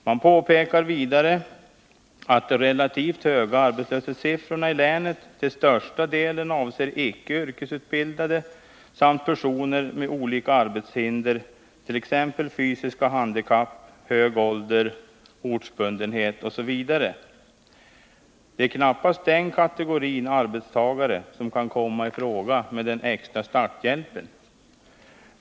Man påpekar vidare att de relativt höga arbetslöshetssiffrorna i länet till största delen avser icke yrkesutbildade samt personer med olika arbetshinder, t.ex. fysiska handikapp, hög ålder, ortsbundenhet osv. Det är knappast den kategorin arbetstagare som kan komma i fråga för den extra starthjälpen.